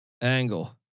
Angle